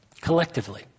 collectively